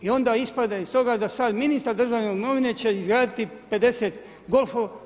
I onda ispada iz toga da sad ministar državne imovine će izgraditi 50 golfova.